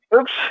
Oops